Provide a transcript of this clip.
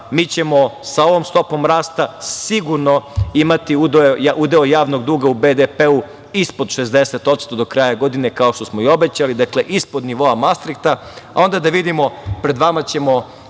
Mi ćemo sa ovom stopom rasta sigurno imati udeo javnog duga u BDP-u ispod 60% do kraja godine, kao što smo i obećali, dakle ispod nivoa Mastrihta. Pred vama ćemo